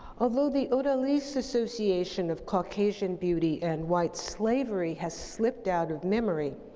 although the odalisque association of caucasian beauty and white slavery has slipped out of memory,